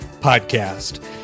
Podcast